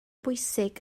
bwysig